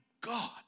God